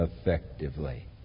effectively